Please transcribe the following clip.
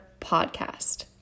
podcast